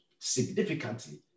significantly